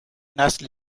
نسل